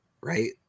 right